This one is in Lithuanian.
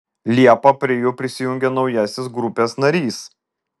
liepą prie jų prisijungė naujasis grupės narys